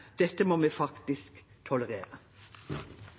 Dette må vi faktisk tolerere.